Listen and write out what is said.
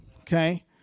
Okay